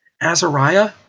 Azariah